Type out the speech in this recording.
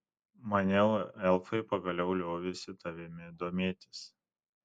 maniau elfai pagaliau liovėsi tavimi domėtis